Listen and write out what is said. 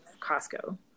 Costco